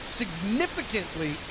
significantly